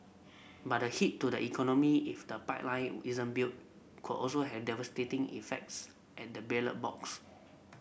but the hit to the economy if the pipeline isn't built could also had devastating effects at the ballot box